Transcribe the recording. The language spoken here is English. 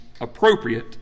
appropriate